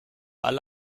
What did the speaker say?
alle